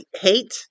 hate